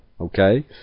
Okay